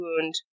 wound